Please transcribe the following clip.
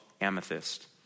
amethyst